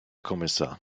kommissar